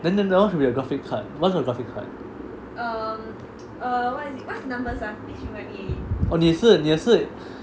then that [one] should be your graphic card what's your graphic card oh 你的是你的是